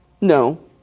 No